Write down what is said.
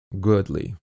goodly